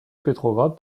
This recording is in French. petrograd